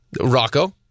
Rocco